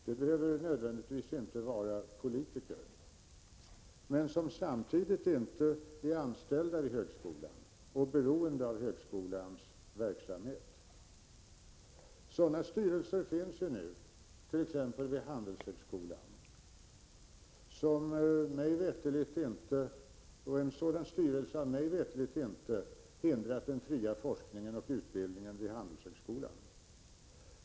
De behöver inte nödvändigtvis vara politiker, men de bör inte samtidigt vara anställda vid högskolan och beroende av dess verksamhet. Sådana styrelser finns ju nu, t.ex. vid Handelshögskolan — och den styrelsen har mig veterligt inte hindrat den fria forskningen och utbildningen vid Handelshögskolan.